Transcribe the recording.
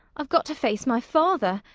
i've got to face my father.